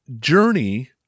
journey